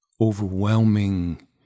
overwhelming